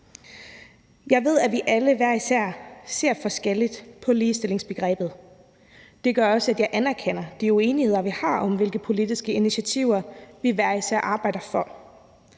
Jeg ved, at vi alle hver især ser forskelligt på ligestillingsbegrebet. Det gør også, at jeg anerkender de uenigheder, vi har, om, hvilke politiske initiativer vi hver især arbejder for.